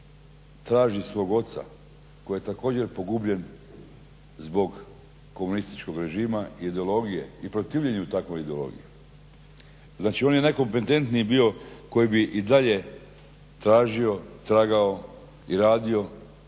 traži svog oca koji je također pogubljen zbog komunističkog režima i ideologije i protivljenju takvoj ideologiji. Znači, on je najkompetentniji bio koji bi i dalje tražio, tragao i radio